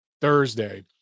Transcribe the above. Thursday